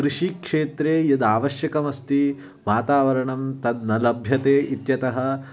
कृषिक्षेत्रे यदावश्यकमस्ति वातावरणं तद् न लभ्यते इत्यतः